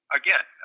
again